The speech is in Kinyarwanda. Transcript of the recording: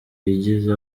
zigize